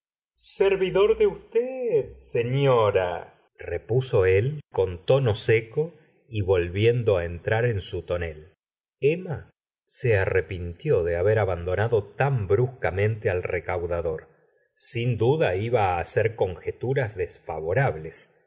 servidor de usted señorarepuso él con tono seco y volviendo entrar en su tonel emma se arrepintió de haber abandonado tan bruscamente al recaudador sin duda iba hacer conjeturas desfavorables